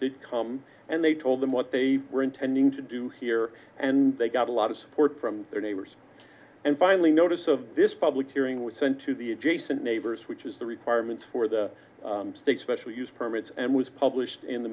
that come and they told them what they were intending to do here and they got a lot of support from their neighbors and finally notice of this public hearing was sent to the adjacent neighbors which is the requirement for the special use permits and was published in the